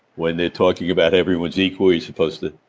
when they're talking about everyone's equal, you're supposed to.